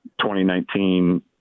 2019